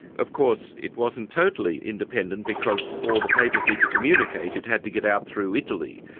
of course it wasn't totally independent, because for the papacy to communicate it had to get out through italy.